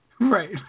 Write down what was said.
Right